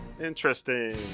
Interesting